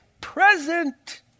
present